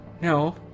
No